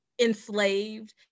enslaved